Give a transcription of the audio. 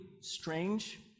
strange